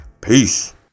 Peace